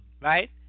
right